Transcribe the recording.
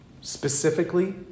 specifically